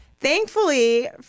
Thankfully